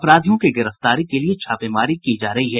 अपराधियों की गिरफ्तारी के लिये छापेमारी की जा रही है